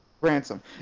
Ransom